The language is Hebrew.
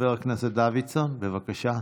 חבר הכנסת דוידסון, בבקשה.